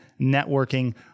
networking